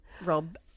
Rob